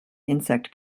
insect